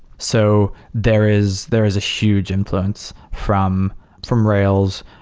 so there is there is a huge influence from from rails,